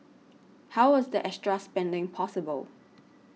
how was the extra spending possible